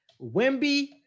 Wimby